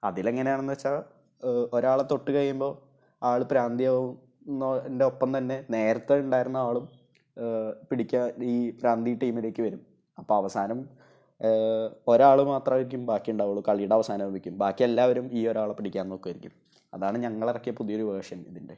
അതിലെങ്ങനെയാണെന്ന് വച്ചാല് ഒരാളെ തൊട്ടു കഴിയുമ്പോള് ആള് പ്രാന്തിയാവുന്നതിൻ്റെ ഒപ്പം തന്നെ നേരത്തെ ഉണ്ടായിരുന്ന ആളും പിടിക്കാൻ ഈ പ്രാന്തി ടീമിലേക്ക് വരും അപ്പോള് അവസാനം ഒരാള് മാത്രമായിരിക്കും ബാക്കി ഉണ്ടാവുകയുള്ളൂ കളിയുടെ അവസാനം ആവുമ്പോഴേക്കും ബാക്കി എല്ലാവരും ഈ ഒരാളെ പിടിക്കാൻ നോക്കുവായിരിക്കും അതാണ് ഞങ്ങളിറക്കിയ പുതിയൊരു വേർഷൻ ഇതിൻ്റെ